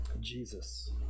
Jesus